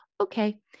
okay